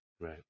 right